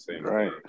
Right